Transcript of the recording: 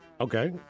Okay